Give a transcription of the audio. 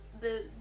the-